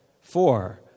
Four